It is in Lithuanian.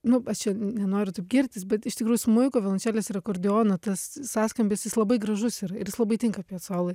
nu aš čia nenoriu taip girtis bet iš tikrųjų smuiko violončelės ir akordeono tas sąskambis jis labai gražus ir ir jis labai tinka piacolai